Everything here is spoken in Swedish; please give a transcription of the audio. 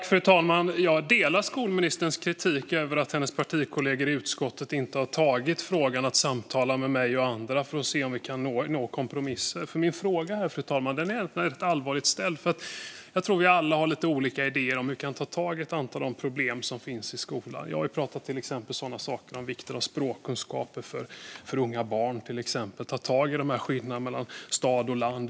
Fru talman! Jag delar skolministerns kritik gällande att hennes partikollegor i utskottet inte har tagit tag i frågan och samtalat med mig och andra för att se om vi kan nå kompromisser. Min fråga är allvarligt ställd, fru talman. Jag tror att vi alla har lite olika idéer om hur vi kan ta tag i ett antal av de problem som finns i skolan; jag har till exempel pratat om vikten av språkkunskaper för barn och om att ta tag i skillnaderna mellan stad och land.